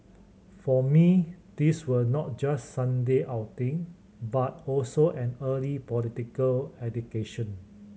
for me these were not just Sunday outing but also an early political education